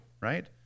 Right